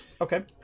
Okay